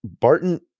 Barton